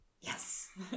Yes